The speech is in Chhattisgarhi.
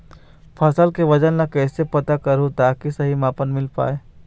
फसल के वजन ला कैसे पता करहूं ताकि सही मापन मील पाए?